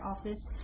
office